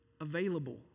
available